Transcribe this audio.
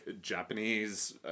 Japanese